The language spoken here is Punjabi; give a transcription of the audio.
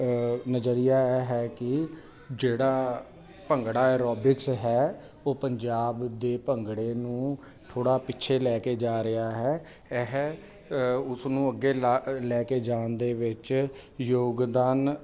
ਨਜ਼ਰੀਆ ਇਹ ਹੈ ਕਿ ਜਿਹੜਾ ਭੰਗੜਾ ਐਰੋਬਿਕਸ ਹੈ ਉਹ ਪੰਜਾਬ ਦੇ ਭੰਗੜੇ ਨੂੰ ਥੋੜ੍ਹਾ ਪਿੱਛੇ ਲੈ ਕੇ ਜਾ ਰਿਹਾ ਹੈ ਇਹ ਉਸਨੂੰ ਅੱਗੇ ਲਾ ਲੈ ਕੇ ਜਾਣ ਦੇ ਵਿੱਚ ਯੋਗਦਾਨ